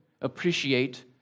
appreciate